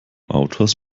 autors